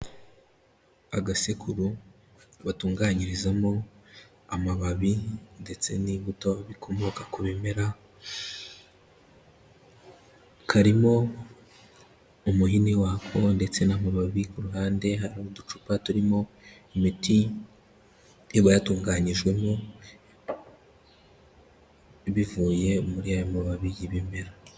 Agasekuru batunganyirizamo amababi ndetse n'imbuto bikomoka ku bimera, karimo umuhini wako ndetse n'amababi ku ruhande, hari uducupa turimo imiti iba yatunganyijwemo bivuye muri ayo mababi y'ibimera.